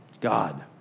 God